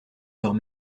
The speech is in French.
leurs